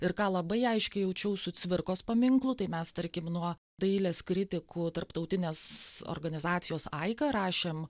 ir ką labai aiškiai jaučiau su cvirkos paminklu tai mes tarkim nuo dailės kritikų tarptautinės organizacijos aika rašėm